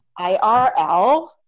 IRL